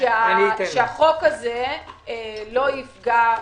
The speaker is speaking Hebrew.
בוחנים שהדבר הזה יהיה אפקטיבי ויסייע לצרכנים,